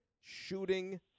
shooting